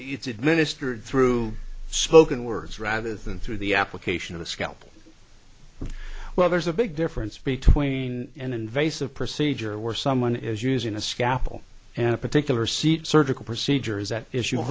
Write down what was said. it's administered through spoken words rather than through the application of a scalpel well there's a big difference between an invasive procedure where someone is using a scalpel and a particular seat surgical procedure is that is